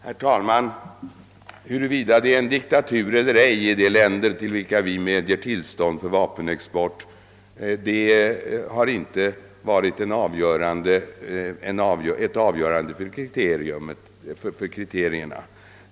Herr talman! Huruvida det råder diktatur eller ej i de länder till vilka vi medger vapenexport har inte varit ett avgörande kriterium.